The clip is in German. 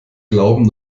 glauben